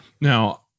now